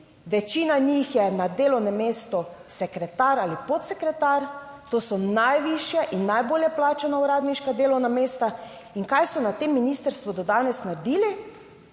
Večina njih je na delovnem mestu sekretar ali podsekretar, to so najvišje in najbolje plačana uradniška delovna mesta. In kaj so na tem ministrstvu do danes naredili?